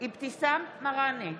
אבתיסאם מראענה,